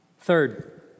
Third